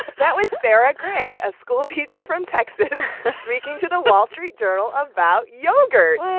that was sara gray, a schoolteacher from texas speaking to the wall street journal about yogurt yeah